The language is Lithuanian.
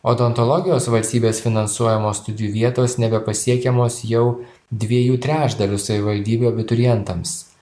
odontologijos valstybės finansuojamos studijų vietos nebepasiekiamos jau dviejų trečdalių savivaldybių abiturientams